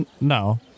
No